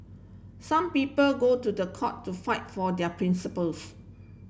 some people go to the court to fight for their principles